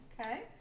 Okay